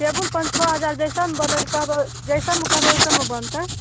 table पाँच छओ हजार जैसन बनै कहबै जैसनमे कहबै ओइसनमे बनतै